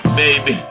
baby